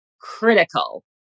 Critical